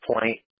point